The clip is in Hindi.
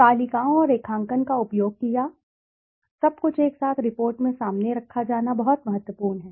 तालिकाओं और रेखांकन का उपयोग किया सब कुछ एक साथ रिपोर्ट में सामने रखा जाना बहुत महत्वपूर्ण है